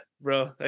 bro